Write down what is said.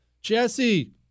Jesse